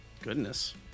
Goodness